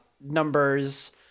numbers